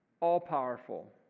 all-powerful